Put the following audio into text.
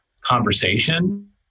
conversation